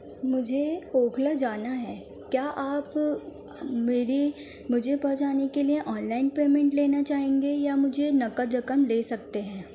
مجھے اوکھلا جانا ہے کیا آپ میرے مجھے پہنچانے کے لیے آن لائن پیمنٹ لینا چاہیں گے یا مجھے نقد رقم لے سکتے ہیں